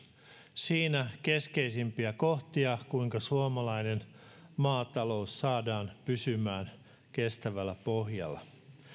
siinä keskeisimpiä kohtia kuinka suomalainen maatalous saadaan pysymään kestävällä pohjalla